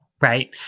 right